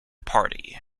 party